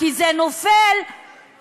כי זה נופל על היום,